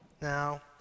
now